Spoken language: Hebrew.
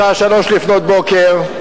בשעה 03:00, לפנות בוקר,